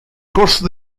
corso